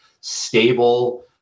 stable